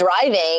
driving